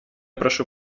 прошу